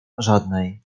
żadnej